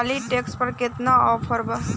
Trolley tractor पर केतना offer बा?